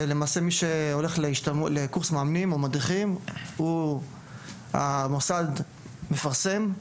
למעשה מי שהולך לקורס מאמנים או מדריכים הוא המוסד פרסם,